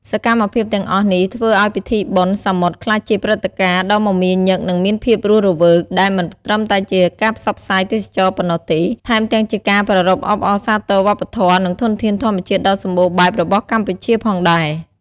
សកម្មភាពទាំងអស់នេះ ធ្វើឲ្យពិធីបុណ្យសមុទ្រក្លាយជាព្រឹត្តិការណ៍ដ៏មមាញឹក និងមានភាពរស់រវើក ដែលមិនត្រឹមតែជាការផ្សព្វផ្សាយទេសចរណ៍ប៉ុណ្ណោះទេ ថែមទាំងជាការប្រារព្ធអបអរសាទរវប្បធម៌ និងធនធានធម្មជាតិដ៏សម្បូរបែបរបស់កម្ពុជាផងដែរ។